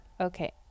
Okay